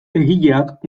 egileak